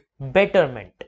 betterment